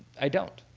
i don't.